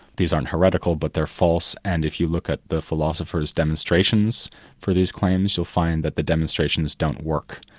these aren't heretical, but they're false, and if you look at the philosophers' demonstrations for these claims you'll find that the demonstrations don't work.